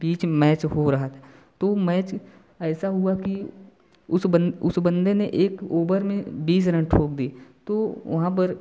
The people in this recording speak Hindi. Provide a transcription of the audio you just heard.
बीच मैच हो रहा था तो मैच ऐसा हुआ कि उस उस बंदे ने एक ओवर में बीस रन ठोक दिए तो वहाँ पर